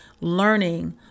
learning